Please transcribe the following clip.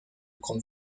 con